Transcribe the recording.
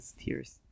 tears